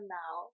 now